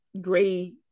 gray